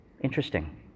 Interesting